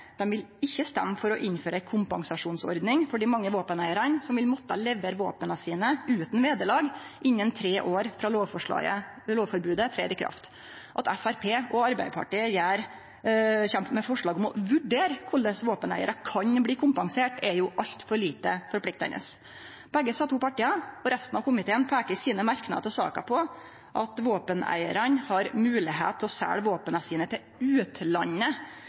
Dei vil ikkje røyste for å innføre ei kompensasjonsordning for dei mange våpeneigarane som vil måtte levere våpna sine utan vederlag innan tre år frå lovforbodet trer i kraft. At Framstegspartiet og Arbeidarpartiet kjem med forslag om å vurdere korleis våpeneigarar kan bli kompenserte, er altfor lite forpliktande. Begge desse to partia og resten av komiteen peiker i sine merknader til saka på at våpeneigarane har moglegheit til å selje våpna sine til utlandet